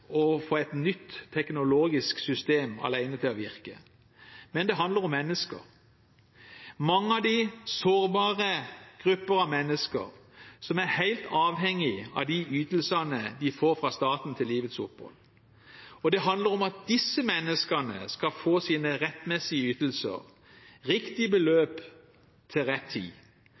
å få et nytt teknologisk system alene til å virke, men det handler om mennesker, mange av dem sårbare grupper av mennesker som er helt avhengige av de ytelsene de får fra staten til livets opphold. Det handler om at disse menneskene skal få sine rettmessige ytelser